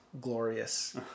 glorious